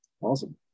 Awesome